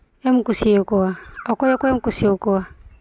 ᱮᱢ ᱠᱩᱥᱤᱭᱟᱠᱩᱣᱟᱚᱠᱚᱭ ᱚᱠᱚᱭᱮᱢ ᱠᱩᱥᱤᱭᱟᱠᱩᱣᱟ